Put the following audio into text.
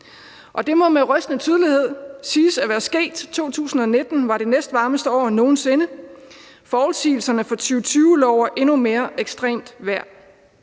Det må med rystende tydelighed siges at være sket: 2019 var det næstvarmeste år nogen sinde, og forudsigelserne for 2020 lover endnu mere ekstremt vejr.